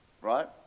right